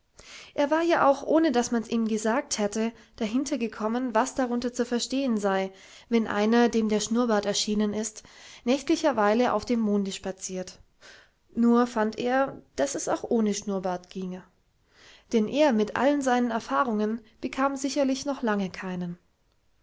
er war ja auch ohne daß mans ihm gesagt hatte dahinter gekommen was darunter zu verstehen sei wenn einer dem der schnurrbart erschienen ist nächtlicher weile auf dem monde spaziert nur fand er daß es auch ohne schnurrbart ginge denn er mit allen seinen erfahrungen bekam sicherlich noch lange keinen